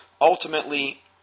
ultimately